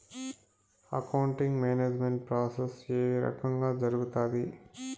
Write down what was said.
accounting management process ఏ రకంగా జరుగుతాది